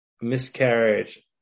miscarriage